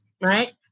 Right